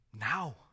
now